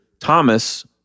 thomas